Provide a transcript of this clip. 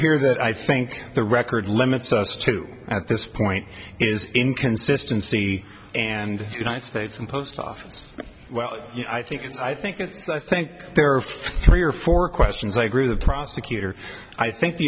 here that i think the record limits us to at this point is inconsistency and united states and post office well i think it's i think it's i think there are of three or four questions i grew the prosecutor i think the